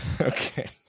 okay